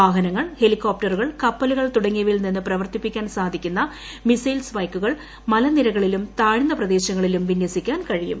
വാഹനങ്ങൾ ഹെലികോപ്റ്ററുകൾ കപ്പലുകൾ തുടങ്ങിയവയിൽ നിന്നും പ്രവർത്തിപ്പിക്കാൻ സാധിക്കുന്ന മിസൈൽ സ്പൈക്കുകൾ മലനിരകളിലും താഴ്ന്ന പ്രദേശങ്ങളിലും വിന്യസിക്കാൻ കഴിയും